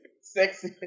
sexy